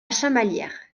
chamalières